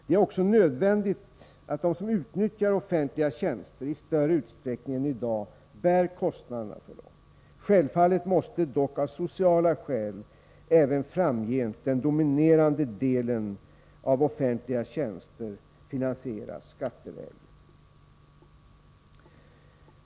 Det är också nödvändigt att de som nyttjar offentliga tjänster i större utsträckning än i dag bär kostnaderna för dem. Självfallet måste dock av sociala skäl även framgent den dominerande delen av offentliga tjänster finansieras skattevägen.